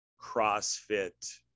CrossFit